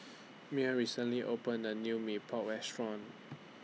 Mearl recently opened A New Mee Pok Restaurant